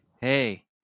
Hey